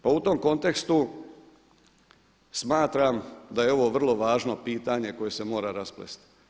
Pa u tom kontekstu smatram da je ovo vrlo važno pitanje koje se mora rasplesti.